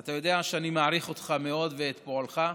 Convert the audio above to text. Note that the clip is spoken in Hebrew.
אתה יודע שאני מעריך אותך מאוד ואת פועלך,